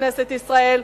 כנסת ישראל,